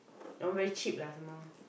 all very cheap lah some more